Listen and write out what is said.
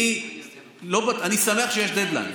אני שמח שיש דדליין.